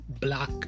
black